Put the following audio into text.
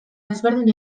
desberdin